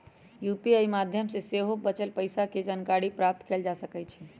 UPI माध्यम से सेहो बचल पइसा के जानकारी प्राप्त कएल जा सकैछइ